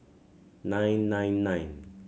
nine nine nine